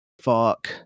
fuck